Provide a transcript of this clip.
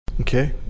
Okay